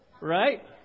Right